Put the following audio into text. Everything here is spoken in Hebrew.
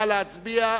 נא להצביע.